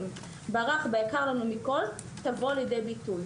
אני מעריך שייקרה בעוד הרבה הרבה רשויות בשבוע ובשבועיים הקרובים